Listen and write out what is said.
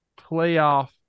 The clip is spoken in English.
playoff